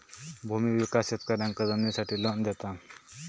भूमि विकास शेतकऱ्यांका जमिनीसाठी लोन देता